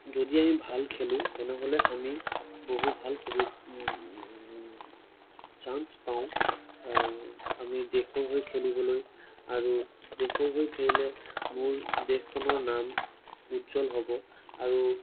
যদি আমি ভাল খেলোঁ তেনেহ'লে আমি বহুত ভাল সুবি চাঞ্চ পাওঁ আমি দেশৰ হৈ খেলিবলৈ আৰু দেশৰ হৈ খেলিলে মোৰ দেশখনৰ নাম উজ্বল হ'ব আৰু